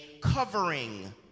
covering